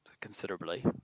considerably